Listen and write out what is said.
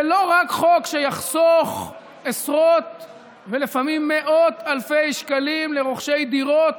זה לא רק חוק שיחסוך עשרות ולפעמים מאות אלפי שקלים לרוכשי דירות,